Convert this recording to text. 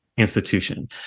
institution